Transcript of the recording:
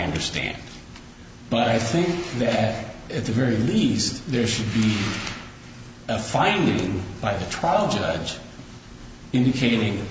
understand but i think that at the very least there should be a finding by the trial judge indicating